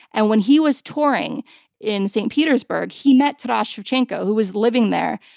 and when he was touring in st. petersburg, he met taras shevchenko who was living there.